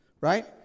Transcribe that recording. Right